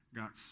got